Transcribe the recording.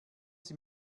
sie